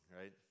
right